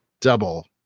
double